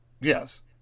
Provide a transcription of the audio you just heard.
Yes